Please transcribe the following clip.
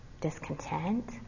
Discontent